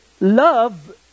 love